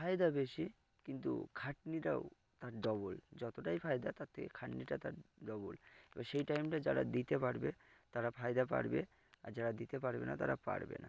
ফায়দা বেশি কিন্তু খাটনিটাও তার ডবল যতটাই ফায়দা তার থেকে খাটনিটা তার ডবল ত সেই টাইমটা যারা দিতে পারবে তারা ফায়দা পারবে আর যারা দিতে পারবে না তারা পারবে না